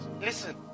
Listen